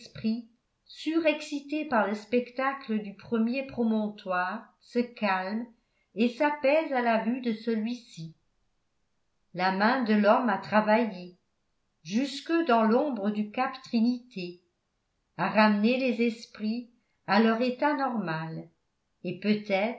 surexcité par le spectacle du premier promontoire se calme et s'apaise à la vue de celui-ci la main de l'homme a travaillé jusque dans l'ombre du cap trinité à ramener les esprits à leur état normal et peut-être